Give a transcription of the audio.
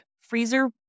freezer